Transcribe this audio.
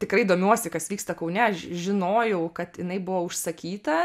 tikrai domiuosi kas vyksta kaune aš žinojau kad jinai buvo uzsakyta